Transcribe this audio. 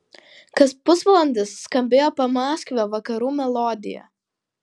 kas pusvalandis skambėjo pamaskvio vakarų melodija